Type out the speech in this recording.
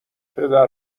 پدر